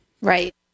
right